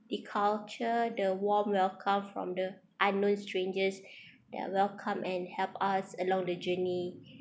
the culture the warm welcome from the unknown strangers that welcome and help us along the journey